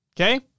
okay